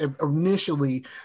initially